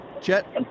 Chet